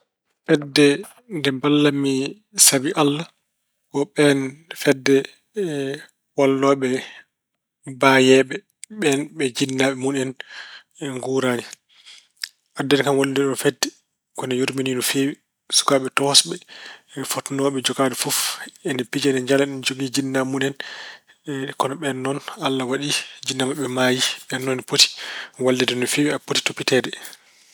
Fedde nde mballanmi sabi Allah ko ɓeen fedde wallooɓe baayeeɓe. Ɓeen ɓe jinnaaɓe mun en nguuraani. Addani kam wallude ndeeɗoo fedde ko ine yuurmini no. Sukaaɓe tokosɓe fotnooɓe jogaade fof, ina pija, ina njala, ina jogii jinnaaɓe mun en. Kono ɓeen noon Allah waɗi jinnaaɓe maɓɓe maayi. Ɓeen noon ina poti walleede no feewi. Aɓe poti toppiteede.